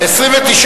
לא נתקבלה.